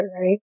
right